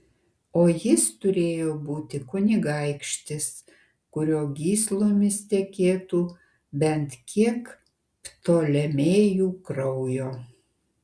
o jis turėjo būti kunigaikštis kurio gyslomis tekėtų bent kiek ptolemėjų kraujo